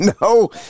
no